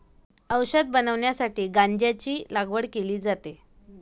औषध बनवण्यासाठी गांजाची लागवड केली जाते